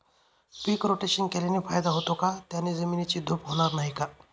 पीक rotation केल्याने फायदा होतो का? त्याने जमिनीची धूप होणार नाही ना?